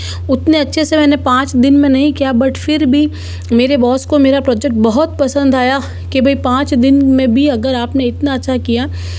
उतने अच्छे से मैंने पाँच दिन में नहीं किया बट फिर भी मेरे बॉस को मेरा प्रॉजेक्ट बहुत पसंद आया कि भई पाँच दिन में भी अगर आपने इतना अच्छा किया